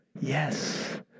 Yes